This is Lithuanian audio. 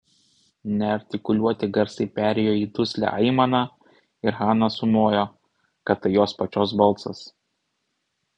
neartikuliuoti garsai perėjo į duslią aimaną ir hana sumojo kad tai jos pačios balsas